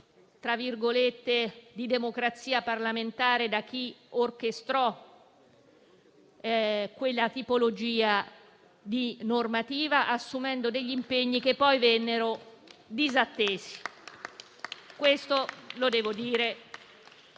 democrazia parlamentare da chi progettò quel tipo di normativa, assumendo degli impegni che poi vennero disattesi. Questo lo devo dire.